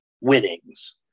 winnings